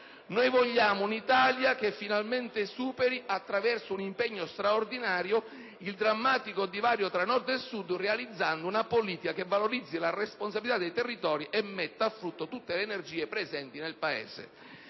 «Noi vogliamo un'Italia che finalmente superi, attraverso un impegno straordinario, il drammatico divario tra Nord e Sud, realizzando una politica che valorizzi la responsabilità dei territori e metta a frutto tutte le energie presenti nel Paese».